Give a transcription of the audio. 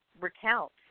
recount